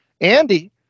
Andy